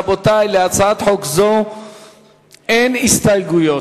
רבותי, להצעת חוק זו אין הסתייגויות.